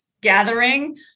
gathering